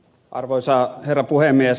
arvoisa herra puhemies